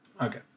Okay